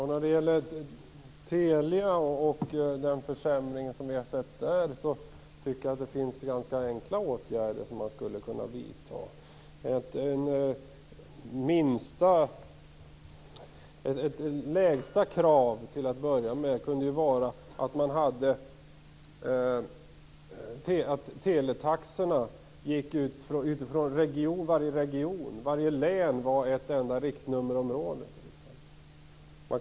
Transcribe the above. Herr talman! När det gäller de försämringar som vi har sett på teleområdet finns det ganska enkla åtgärder som man skulle kunna vidta. Ett lägsta krav kunde vara att teletaxorna till att börja med utgick från varje region, att varje län utgjorde ett enda riktnummerområde.